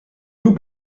loups